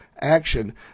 Action